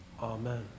Amen